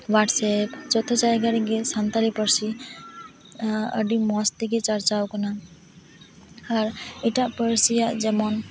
WhatsApp ᱡᱚᱛᱚ ᱡᱟᱭᱜᱟ ᱨᱮᱜᱤ ᱥᱟᱱᱛᱟᱲᱤ ᱯᱟᱹᱨᱥᱤ ᱟᱹᱰᱤ ᱢᱚᱡᱽ ᱛᱮᱜᱤ ᱪᱟᱨᱪᱟᱣ ᱟᱠᱟᱱᱟ ᱟᱨ ᱤᱴᱟᱜ ᱯᱟᱹᱨᱥᱤᱭᱟᱜ ᱡᱮᱢᱚᱱ